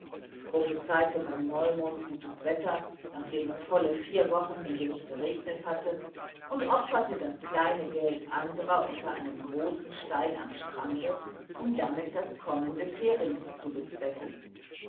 prophezeite beim neumond gutes wetter nachdem es volle vier wochen hindurch geregnet hatte und opferte das kleine geld andrer unter einem großen stein am strande um damit das kommen des herings zu bezwecken